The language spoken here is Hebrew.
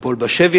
ליפול בשבי,